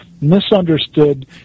misunderstood